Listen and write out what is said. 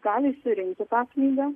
gali išsirinkti tą knygą